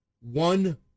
one